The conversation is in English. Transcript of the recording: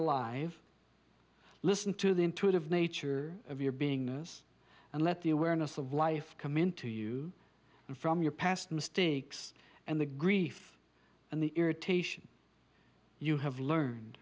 alive listen to the intuitive nature of your beingness and let the awareness of life come into you and from your past mistakes and the grief and the irritation you have learned